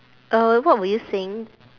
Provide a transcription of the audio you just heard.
uh what were you saying